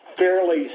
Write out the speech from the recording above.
fairly